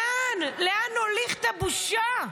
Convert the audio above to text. לאן, לאן נוליך את הבושה?